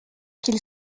qu’il